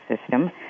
system